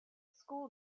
school